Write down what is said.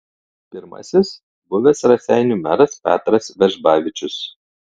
pirmasis buvęs raseinių meras petras vežbavičius